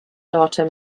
daughter